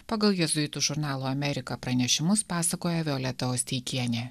pagal jėzuitų žurnalo amerika pranešimus pasakoja violeta osteikienė